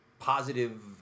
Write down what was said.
positive